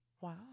Wow